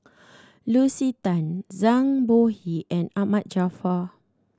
Lucy Tan Zhang Bohe and Ahmad Jaafar